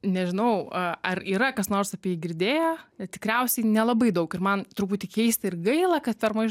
nežinau a ar yra kas nors apie jį girdėję ir tikriausiai nelabai daug ir man truputį keista ir